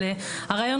הרעיון